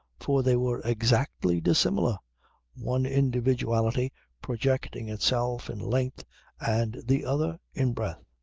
for they were exactly dissimilar one individuality projecting itself in length and the other in breadth,